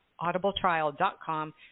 audibletrial.com